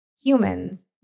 humans